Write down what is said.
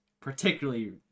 particularly